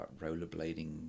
rollerblading